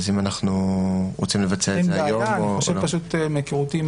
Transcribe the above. אז אם אנחנו רוצים לבצע את זה היום --- מהיכרותי עם